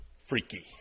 freaky